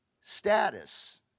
status